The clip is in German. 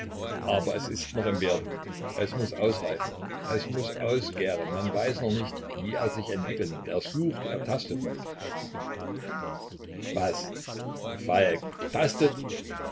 aber es ist noch im werden es muß ausreifen es muß ausgären man weiß noch nicht wie er sich entwickeln wird er sucht er tastet noch was falk tastet